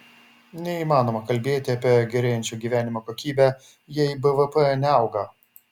neįmanoma kalbėti apie gerėjančią gyvenimo kokybę jei bvp neauga